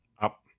up